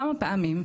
כמה פעמים.